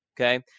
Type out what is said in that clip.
Okay